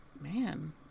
Man